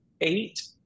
eight